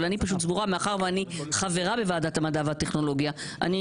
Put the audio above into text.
אבל אני סבורה שמאחר שאני חברה בוועדת המדע והטכנולוגיה היה